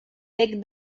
bec